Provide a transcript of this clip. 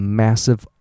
massive